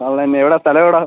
കള്ളൻ എവിടെയാണ് സ്ഥലം എവിടെയാണ്